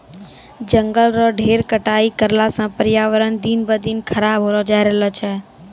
जंगल रो ढेर कटाई करला सॅ पर्यावरण दिन ब दिन खराब होलो जाय रहलो छै